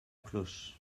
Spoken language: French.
cloche